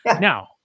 Now